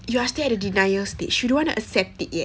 you are still at the denial stage you don't want to accept it yet